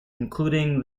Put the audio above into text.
including